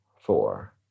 four